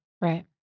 Right